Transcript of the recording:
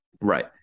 Right